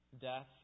death